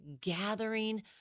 gathering